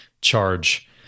charge